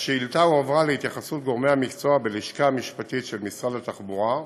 השאילתה הועברה להתייחסות גורמי המקצוע בלשכת המשפטית של משרד התחבורה,